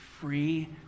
free